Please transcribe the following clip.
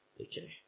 Okay